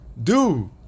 dude